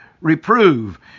Reprove